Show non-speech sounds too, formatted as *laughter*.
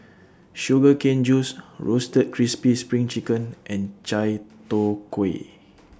Sugar Cane Juice Roasted Crispy SPRING Chicken and Chai Tow Kway *noise*